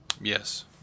Yes